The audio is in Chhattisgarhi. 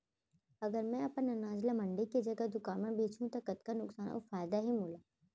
अगर मैं अपन अनाज ला मंडी के जगह दुकान म बेचहूँ त कतका नुकसान अऊ फायदा हे मोला?